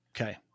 Okay